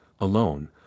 alone